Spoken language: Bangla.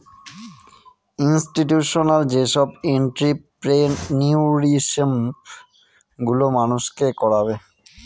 ইনস্টিটিউশনাল যেসব এন্ট্ররপ্রেনিউরশিপ গুলো মানুষকে করাবে